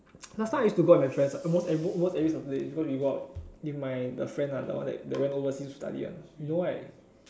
last time I used to go out with my friends ah almost every almost every Saturday because we go out with my the friend ah that one that taht went overseas to study [one] you know right